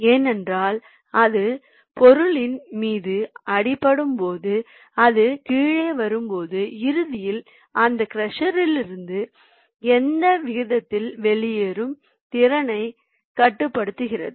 ஏனென்றால் அது பொருளின் மீது அடிபடும் போது அது கீழே வரும்போது இறுதியில் அந்த க்ரஷர்யிலிருந்து எந்த விகிதத்தில் வெளியேறும் திறனைக் கட்டுப்படுத்துகிறது